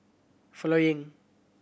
following